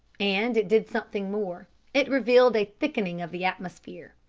and it did something more it revealed a thickening of the atmosphere.